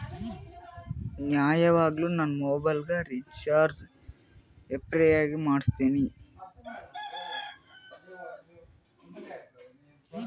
ನಾ ಯವಾಗ್ನು ನಂದ್ ಮೊಬೈಲಗ್ ರೀಚಾರ್ಜ್ ಪ್ರಿಪೇಯ್ಡ್ ಎ ಮಾಡುಸ್ತಿನಿ